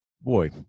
Boy